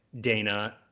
dana